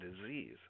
disease